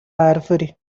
árvore